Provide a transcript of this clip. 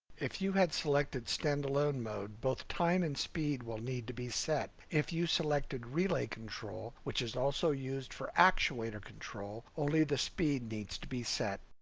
if you had selected standalone mode, both time and speed will need to be set. if you selected relay control, which is also used for actuator control, only the speed needs to be set.